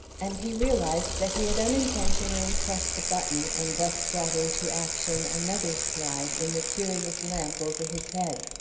and he realized that he had unintentionally pressed a button and thus brought into action another slide in the curious lamp over his head.